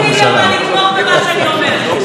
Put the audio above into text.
חבר הכנסת ליברמן יתמוך במה שאני אומרת,